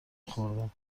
خوردم